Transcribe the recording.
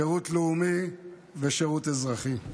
שירות לאומי או שירות אזרחי.